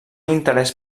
interès